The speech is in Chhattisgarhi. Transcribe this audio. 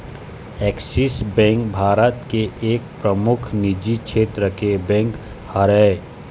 ऐक्सिस बेंक भारत के एक परमुख निजी छेत्र के बेंक हरय